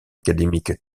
académique